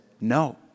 no